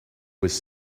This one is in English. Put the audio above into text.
was